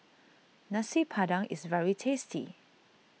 Nasi Padang is very tasty